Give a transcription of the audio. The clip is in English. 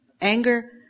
anger